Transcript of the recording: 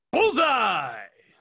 Bullseye